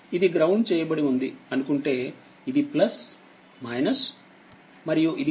ఇది గ్రౌండ్ చేయబడి ఉంది అనుకుంటేఅంటేఇది మరియు ఇది కూడా